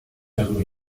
darüber